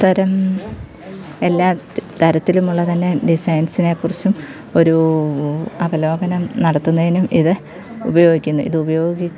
തരം എല്ലാ തരത്തിലുമുള്ള തന്നെ ഡിസൈൻസിനെ കുറിച്ചും ഒരു അവലോകനം നടത്തുന്നതിനും ഇത് ഉപയോഗിക്കുന്നു ഇത് ഉപയോഗിക്കുന്നു